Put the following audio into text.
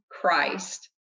Christ